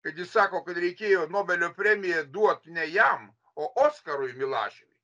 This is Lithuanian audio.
kad jis sako kad reikėjo nobelio premiją duot ne jam o oskarui milašiui